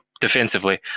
defensively